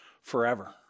forever